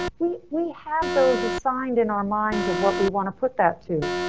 we we have those assigned in our minds of what we want to put that too.